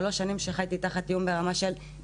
שלוש שנים שבהן חייתי תחת איום ברמה כזו